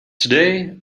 today